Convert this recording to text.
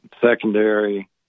secondary